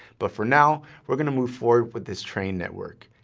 but, for now, we're gonna move forward with this trained network.